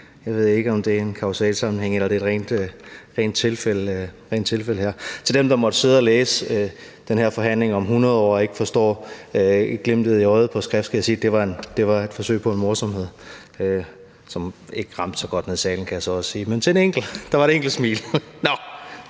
ved jeg ikke, om det er en kausalsammenhæng, eller om det er et rent tilfælde her – til dem, der måtte sidde og læse den her forhandling om 100 år og ikke forstår glimtet i øjet på skrift, skal jeg sige, at det var et forsøg på en morsomhed, som ikke ramte så godt hernede i salen, kan jeg så også sige, men der var da et enkelt smil. En